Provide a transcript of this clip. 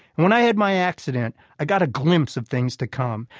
when i had my accident, i got a glimpse of things to come.